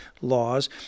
laws